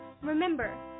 Remember